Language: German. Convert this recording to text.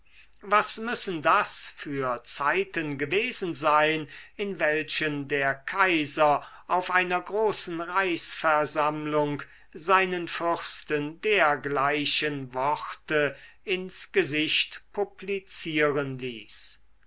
was müssen das für zeiten gewesen sein in welchen der kaiser auf einer großen reichsversammlung seinen fürsten dergleichen worte ins gesicht publizieren ließ